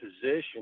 position